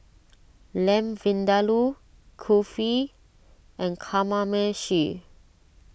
Lamb Vindaloo Kulfi and Kamameshi